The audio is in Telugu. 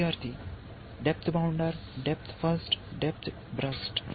విద్యార్థి depth bounder depth first depth blast